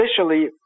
officially